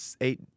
eight